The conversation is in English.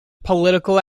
political